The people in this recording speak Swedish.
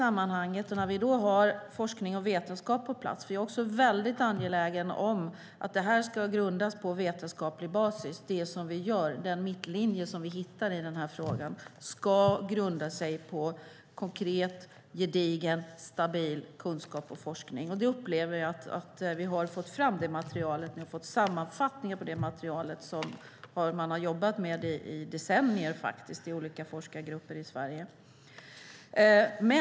Jag är angelägen om att detta ska grundas på vetenskaplig basis. Den mittlinje som vi hittar i den här frågan ska grunda sig på konkret, gedigen och stabil kunskap och forskning. Det tycker jag att vi har fått fram. Vi har fått en sammanfattning av det material som man har jobbat med i decennier i olika forskargrupper i Sverige.